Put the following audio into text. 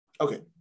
Okay